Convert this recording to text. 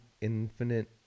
infinite